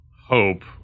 Hope